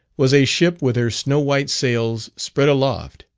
was a ship with her snow-white sails spread aloft,